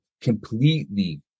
completely